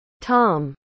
Tom